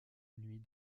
nuit